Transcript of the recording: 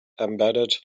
embedded